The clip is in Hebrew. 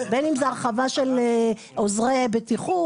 בין אם זה הרחבה של עוזרי בטיחות,